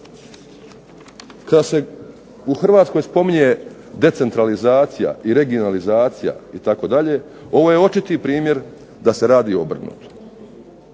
Kada se u Hrvatskoj spominje decentralizacija i regionalizacija itd. ovo je očiti primjer da se radi obrnuto.